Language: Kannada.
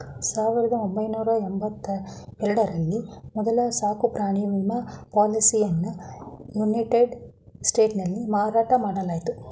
ಸಾವಿರದ ಒಂಬೈನೂರ ಎಂಬತ್ತ ಎರಡ ರಲ್ಲಿ ಮೊದ್ಲ ಸಾಕುಪ್ರಾಣಿ ವಿಮಾ ಪಾಲಿಸಿಯನ್ನಯುನೈಟೆಡ್ ಸ್ಟೇಟ್ಸ್ನಲ್ಲಿ ಮಾರಾಟ ಮಾಡಲಾಯಿತು